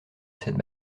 cette